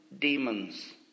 demons